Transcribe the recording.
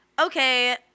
okay